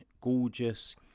gorgeous